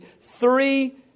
three